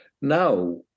Now